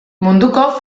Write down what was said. munduko